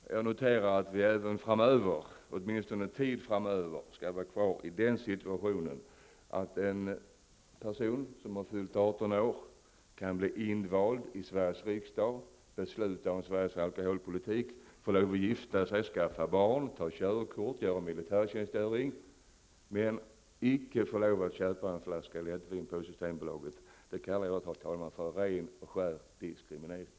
Herr talman! Jag noterar att vi även framöver -- åtminstone en tid framöver -- skall behålla den situationen att en person som har fyllt 18 år kan bli invald i Sveriges riksdag, besluta om Sveriges alkoholpolitik, få lov att gifta sig, skaffa barn, ta körkort och göra militärtjänstgöring, men han/hon får inte köpa en flaska lättvin på Systembolaget. Det kallar jag, herr talman, för ren och skär diskriminering.